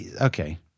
Okay